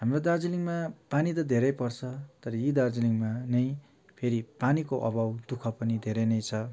हाम्रो दार्जिलिङमा पानी त धेरै पर्छ तर यी दार्जिलिङमा नै फेरि पानीको अभाव दुःख पनि धेरै नै छ